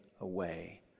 away